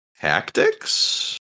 tactics